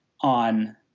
on